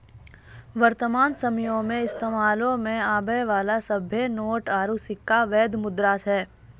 वर्तमान समयो मे इस्तेमालो मे आबै बाला सभ्भे नोट आरू सिक्का बैध मुद्रा छै